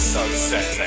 Sunset